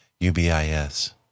UBIS